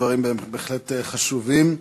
דברים בהחלט חשובים.